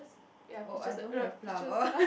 ya peaches eh no no peaches